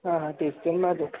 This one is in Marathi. हां हां तेच ते माझं